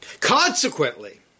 Consequently